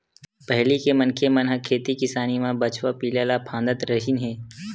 पहिली के मनखे मन ह खेती किसानी म बछवा पिला ल फाँदत रिहिन हे